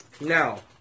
Now